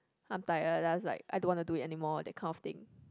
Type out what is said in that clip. I'm tired then I just like I don't want to do it anymore that kind of thing